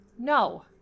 No